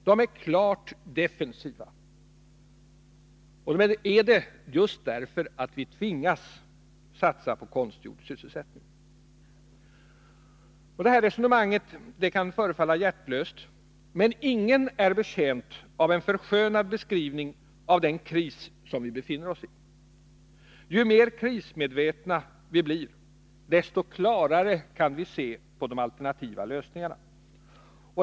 Det är klart defensivt att tvingas satsa på ”konstgjord” sysselsättning. Resonemanget kan förefalla hjärtlöst, men ingen är betjänt av en förskönad beskrivning av den kris som vi befinner oss i. Ju mer krismedvetna vi blir, desto klarare kan vi se på alternativa lösningar.